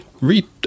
read